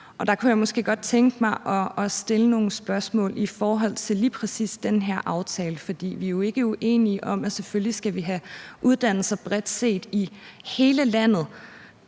og der kunne jeg måske godt tænke mig at stille nogle spørgsmål i forhold til lige præcis den her aftale. For vi er jo ikke uenige om, at selvfølgelig skal vi have uddannelser bredt set i hele landet,